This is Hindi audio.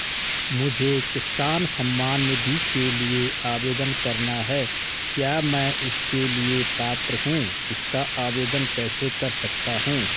मुझे किसान सम्मान निधि के लिए आवेदन करना है क्या मैं इसके लिए पात्र हूँ इसका आवेदन कैसे कर सकता हूँ?